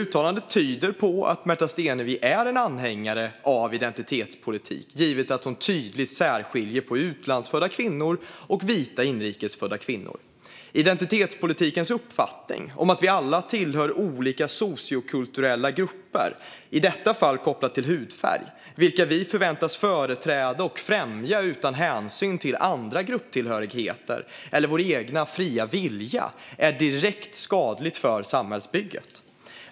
Uttalandet tyder på att Märta Stenevi är anhängare av identitetspolitik eftersom hon tydligt särskiljer på utlandsfödda kvinnor och vita inrikesfödda kvinnor. Identitetspolitikens uppfattning om att vi alla tillhör olika sociokulturella grupper, i detta fall kopplat till hudfärg, vilka vi förväntas företräda och främja utan hänsyn till andra grupptillhörigheter eller vår egen fria vilja är direkt skadlig för samhällsbygget.